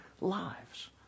lives